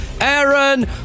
Aaron